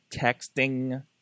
texting